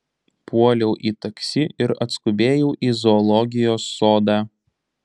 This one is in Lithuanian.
puoliau į taksi ir atskubėjau į zoologijos sodą